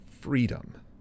freedom